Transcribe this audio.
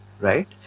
right